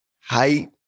Height